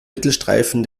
mittelstreifen